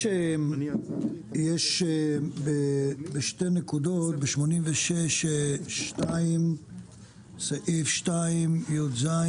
יש בשני נקודות, ב-86 2 סעיף 2 י"ז